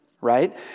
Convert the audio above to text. right